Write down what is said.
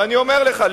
ואני אומר לך,